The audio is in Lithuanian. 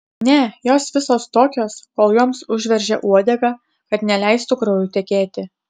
ne jos visos tokios kol joms užveržia uodegą kad neleistų kraujui tekėti